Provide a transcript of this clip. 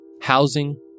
housing